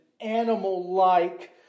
animal-like